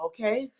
Okay